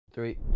Three